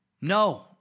No